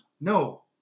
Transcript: No